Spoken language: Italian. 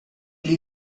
gli